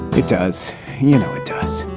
it does. you know it does.